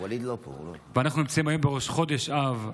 אנחנו נמצאים היום בראש חודש אב,